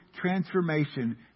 transformation